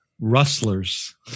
rustlers